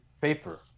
paper